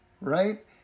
right